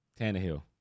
Tannehill